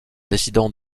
décidant